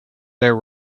there